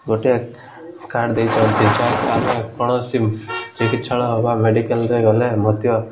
ଗୋଟିଏ କାର୍ଡ଼ ଦେଇଛନ୍ତି କୌଣସି ଚିକିତ୍ସାଳୟ ବା ମେଡ଼ିକାଲରେ ଗଲେ ମଧ୍ୟ